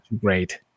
great